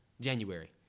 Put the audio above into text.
January